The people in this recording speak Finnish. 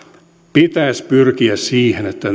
pitäisi pyrkiä siihen että